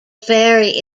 ferry